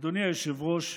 אדוני היושב-ראש,